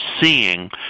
seeing